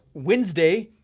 wednesday,